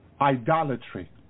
idolatry